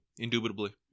Indubitably